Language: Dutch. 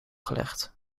gelegd